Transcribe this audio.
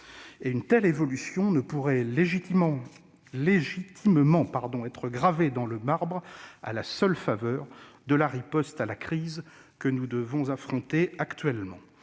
Une telle évolution ne pourrait légitimement être gravée dans le marbre à la seule faveur de la riposte à la crise que nous devons affronter actuellement.